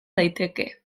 daiteke